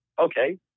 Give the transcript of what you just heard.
Okay